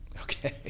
okay